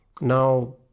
now